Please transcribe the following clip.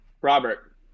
Robert